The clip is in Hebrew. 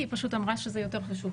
אני מתכבד לפתוח את ישיבת ועדת הכנסת,